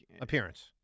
appearance